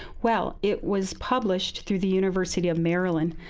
well, it was published through the university of maryland.